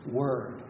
word